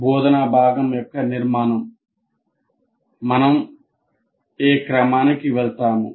బోధనా భాగం యొక్క నిర్మాణం మనం ఏ క్రమానికి వెళ్తాము